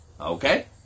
Okay